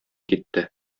китте